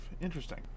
Interesting